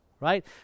Right